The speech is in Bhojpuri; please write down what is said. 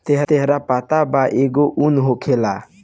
तोहरा पता बा एगो उन होखेला